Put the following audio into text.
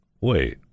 wait